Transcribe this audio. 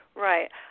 Right